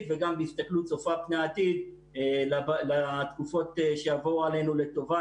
וגם בהסתכלות צופה פני עתיד לתקופות שיבואו עלינו לטובה,